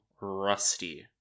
Rusty